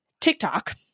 TikTok